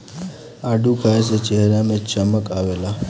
आडू खाए चेहरा में चमक आवेला